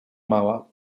mała